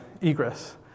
egress